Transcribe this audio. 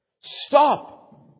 stop